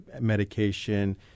medication